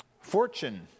fortune